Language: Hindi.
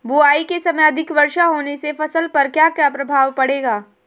बुआई के समय अधिक वर्षा होने से फसल पर क्या क्या प्रभाव पड़ेगा?